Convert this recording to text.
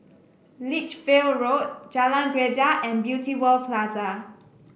Lichfield Road Jalan Greja and Beauty World Plaza